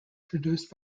produced